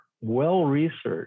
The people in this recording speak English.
well-researched